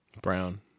brown